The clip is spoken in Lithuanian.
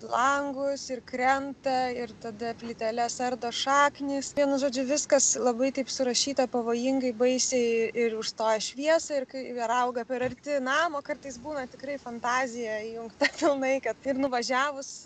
langus ir krenta ir tada plyteles ardo šaknys vienu žodžiu viskas labai taip surašyta pavojingai baisiai ir užstoja šviesą ir kai ir auga per arti namo kartais būna tikrai fantazija įjungta pilnai kad ir nuvažiavus